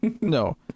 no